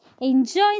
Enjoy